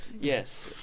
Yes